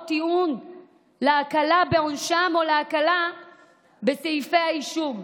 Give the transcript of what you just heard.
טיעון להקלה בעונשם או להקלה בסעיפי האישום.